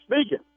speaking